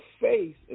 faith